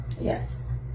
Yes